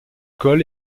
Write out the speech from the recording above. col